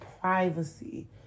privacy